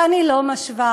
ואני לא משווה,